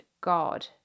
God